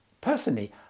Personally